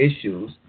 issues